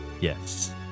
Yes